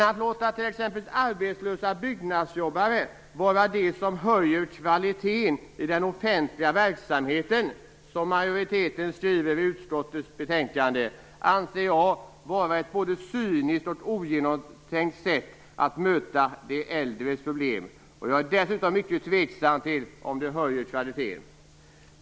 Att låta t.ex. arbetslösa byggnadsjobbare vara de som höjer kvaliteten i den offentliga verksamheten, som utskottsmajoriteten skriver i utskottets betänkande, anser jag vara ett både cyniskt och ogenomtänkt sätt att möta de äldres problem. Jag är dessutom mycket tveksam till om det höjer kvaliteten.